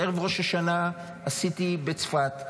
ערב ראש השנה עשיתי בצפת,